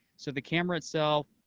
so the camera itself